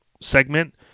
segment